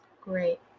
Great